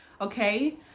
okay